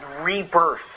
rebirth